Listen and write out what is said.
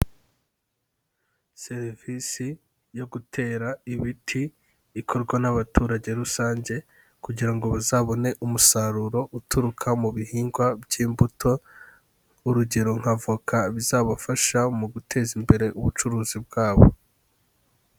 Serivisi yo gutera ibiti ikorwa n'abaturage rusange kugira ngo bazabone umusaruro uturuka mu bihingwa by'imbuto, urugero nka voka bizabafasha mu guteza imbere ubucuruzi bwabo.